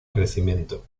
crecimiento